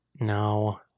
No